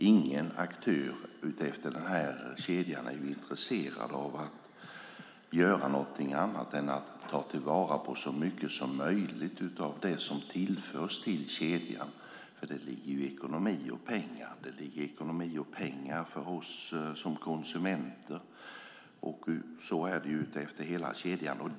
Ingen aktör i denna kedja är intresserad av att göra något annat än att ta vara på så mycket som möjligt av det som tillförs kedjan. Det ligger ekonomi och pengar i detta för oss konsumenter och för alla led i kedjan.